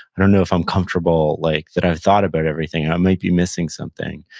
i don't know if i'm comfortable, like that i've thought about everything. i might be missing something,